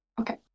Okay